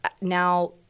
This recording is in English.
Now